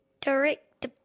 direct